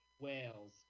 Wales